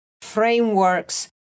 frameworks